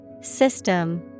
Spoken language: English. System